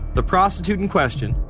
the prostitute in question,